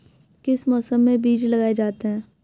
किस मौसम में बीज लगाए जाते हैं?